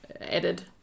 added